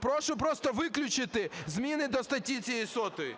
прошу просто виключити зміни до статті цієї 100-ї.